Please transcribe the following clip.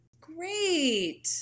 Great